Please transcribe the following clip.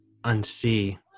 unsee